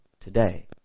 today